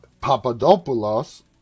Papadopoulos